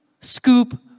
scoop